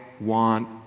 want